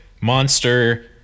monster